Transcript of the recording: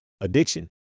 addiction